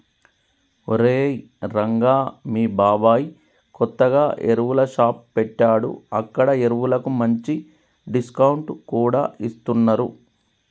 ఒరేయ్ రంగా మీ బాబాయ్ కొత్తగా ఎరువుల షాప్ పెట్టాడు అక్కడ ఎరువులకు మంచి డిస్కౌంట్ కూడా ఇస్తున్నరు